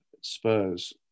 Spurs